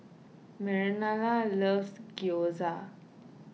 Marlena loves Gyoza